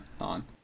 on